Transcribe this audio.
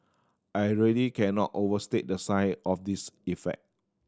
I really cannot overstate the size of this effect